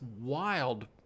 wild